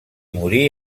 morí